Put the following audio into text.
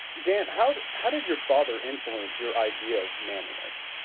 dan, how how did your father influence your idea of manliness?